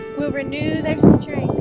will renew their strength